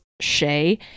Shay